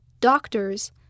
doctors